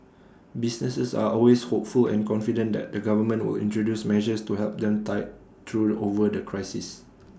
businesses are always hopeful and confident that the government will introduce measures to help them tide through over the crisis